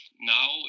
now